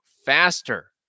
faster